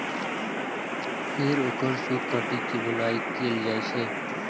फेर ओकर सूत काटि के बुनाइ कैल जाइ छै